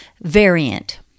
variant